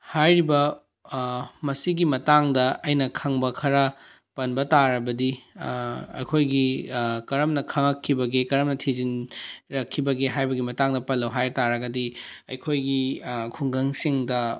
ꯍꯥꯏꯔꯤꯕ ꯃꯁꯤꯒꯤ ꯃꯇꯥꯡꯗ ꯑꯩꯅ ꯈꯪꯕ ꯈꯔ ꯄꯟꯕ ꯇꯥꯔꯕꯗꯤ ꯑꯩꯈꯣꯏꯒꯤ ꯀꯔꯝꯅ ꯈꯪꯉꯛꯈꯤꯕꯒꯦ ꯀꯔꯝꯅ ꯊꯤꯖꯤꯟꯔꯛꯈꯤꯕꯒꯦ ꯍꯥꯏꯕꯒꯤ ꯃꯇꯥꯡꯗ ꯄꯜꯂꯣ ꯍꯥꯏ ꯇꯥꯔꯒꯗꯤ ꯑꯩꯈꯣꯏꯒꯤ ꯈꯨꯡꯒꯪꯁꯤꯡꯗ